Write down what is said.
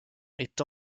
est